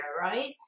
right